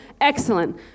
Excellent